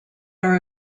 are